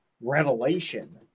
Revelation